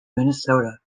minnesota